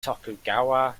tokugawa